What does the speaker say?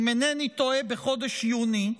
אם אינני טועה בחודש יוני,